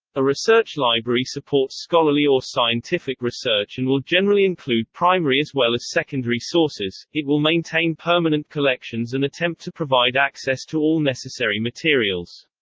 a research library supports scholarly or scientific research and will generally include primary as well as secondary sources it will maintain permanent collections and attempt to provide access to all necessary materials.